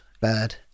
bad